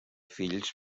fills